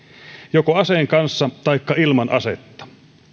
joko aseen kanssa taikka ilman asetta